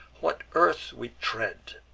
what earth we tread,